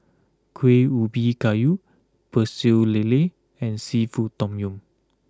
Kuih Ubi Kayu Pecel Lele and Seafood Tom Yum